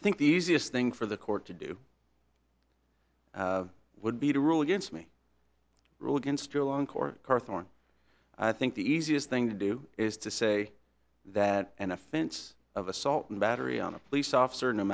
i think the easiest thing for the court to do would be to rule against me rule against your long court carthon i think the easiest thing to do is to say that an offense of assault and battery on a police officer no